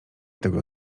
tego